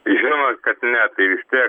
žinoma kad ne tai vis tiek